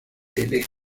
helena